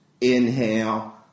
inhale